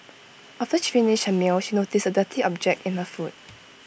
after she finished her meal she noticed A dirty object in her food